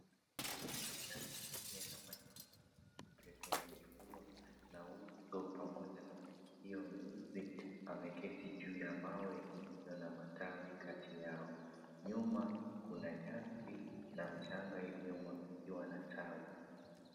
Nyani akienda mahali pengine kwenye kifua na uso pamoja na sikio meusi ameketi juu ya mawe iliyo na matawi kati yao. Nyuma kuna nyasi na mchanga iliyomwagiliwa na tau.